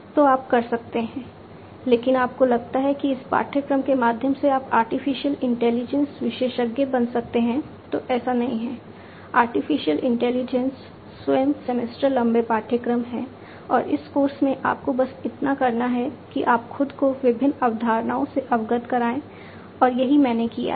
तो ये इन रेफरेंसेस स्वयं सेमेस्टर लंबे पाठ्यक्रम हैं और इस कोर्स में आपको बस इतना करना है कि आप खुद को विभिन्न अवधारणाओं से अवगत कराएं और यही मैंने किया है